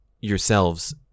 yourselves